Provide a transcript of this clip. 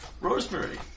Rosemary